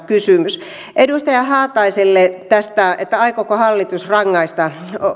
kysymys edustaja haataiselle tästä aikooko hallitus rangaista